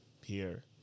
Pierre